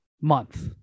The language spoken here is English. month